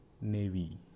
Navy